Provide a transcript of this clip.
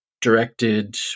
directed